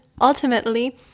ultimately